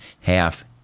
half